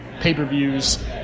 pay-per-views